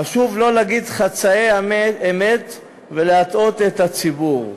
חשוב לא להגיד חצאי אמת ולהטעות את הציבור.